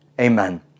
amen